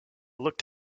looked